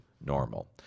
normal